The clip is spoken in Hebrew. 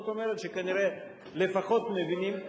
זאת אומרת שכנראה לפחות מבינים,